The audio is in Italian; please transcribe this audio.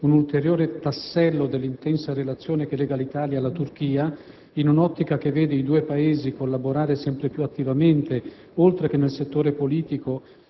un ulteriore tassello dell’intensa relazione che lega l’Italia alla Turchia, in un’ottica che vede i due Paesi collaborare sempre piuattivamente, oltre che nel settore politico